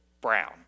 brown